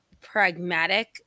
Pragmatic